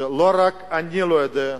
שלא רק אני לא יודע.